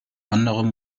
anderem